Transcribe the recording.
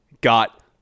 got